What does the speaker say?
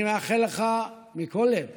אני מאחל לך מכל הלב